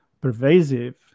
pervasive